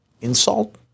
insult